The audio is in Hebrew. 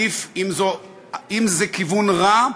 אם זה כיוון רע,